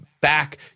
back